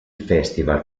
festival